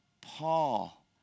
Paul